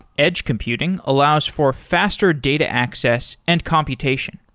edge computing allows for faster data access and computation.